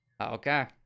Okay